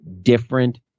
different